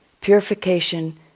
purification